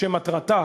ומטרתה,